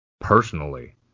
personally